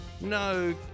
No